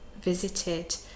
visited